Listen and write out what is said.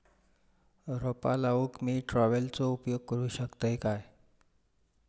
रोपा लाऊक मी ट्रावेलचो उपयोग करू शकतय काय?